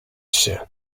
się